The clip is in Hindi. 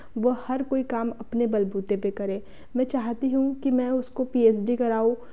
वह हर कोई काम अपने बलबूते पे करे मैं चाहती हूँ कि मैं उसको पी एच डी कराऊँ